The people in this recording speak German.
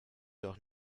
doch